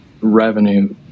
revenue